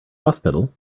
hospital